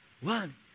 One